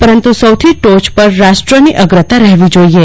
પરંતુ સૌથી ટોચ પર રાષ્ટ્રની અંગ્રતા રહેવી જોઈએ